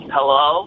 Hello